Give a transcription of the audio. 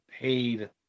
paid